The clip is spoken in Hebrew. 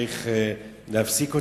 צריך להפסיק אותה,